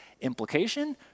Implication